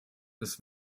ist